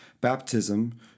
baptism